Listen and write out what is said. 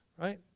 right